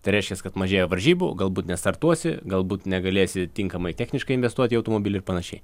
tai reiškias kad mažėja varžybų galbūt nestartuosi galbūt negalėsi tinkamai techniškai investuoti į automobilį ir panašiai